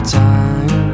time